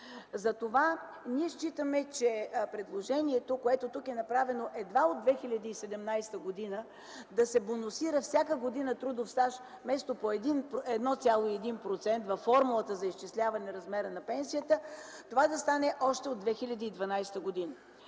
за нея. Ние считаме, че предложението, което е направено тук – едва от 2017 г. да се бонусира всяка година трудов стаж вместо по 1,1% във формулата за изчисляване размера на пенсията, това да стане още от 2012 г.